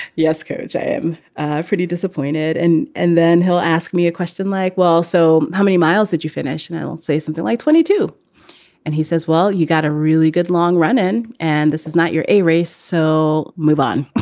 yes, coach i am pretty disappointed. and and then he'll ask me a question like, well, so how many miles did you finish? and and i'll say something like twenty. and he says, well, you got a really good long run in. and this is not your a race. so move on